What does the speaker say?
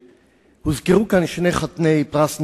הוזכרו כאן שני חתני פרס נובל.